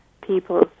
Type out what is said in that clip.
people